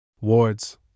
Wards